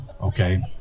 okay